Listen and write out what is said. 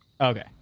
Okay